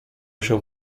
się